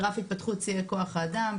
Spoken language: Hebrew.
גרף התפתחות שיאי כוח האדם.